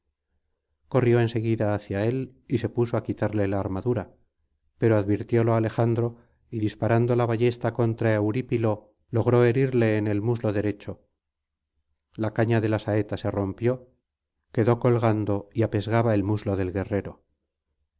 corrió en seguida hacia él y se puso á quitarle la armadura pero advirtiólo alejandro y disparando la ballesta contra eurípilo logró herirle en el muslo derecho la caña de la saeta se rompió quedó colgando y apesgaba el muslo del guerrero